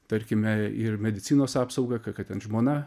tarkime ir medicinos apsaugą kad ten žmona